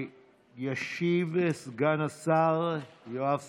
ישיב סגן השר יואב סגלוביץ',